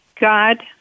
God